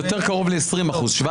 יותר קרוב לעשרים אחוזים.